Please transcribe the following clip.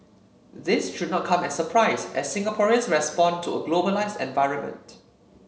this should not come as surprise as Singaporeans respond to a globalised environment